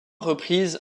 reprise